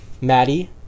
Maddie